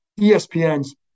ESPN's